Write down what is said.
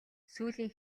сүүлийн